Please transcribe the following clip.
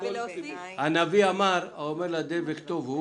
הנביא אמר: "אומר לדבק טוב הוא